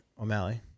O'Malley